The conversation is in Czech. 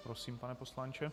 Prosím, pane poslanče.